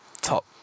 top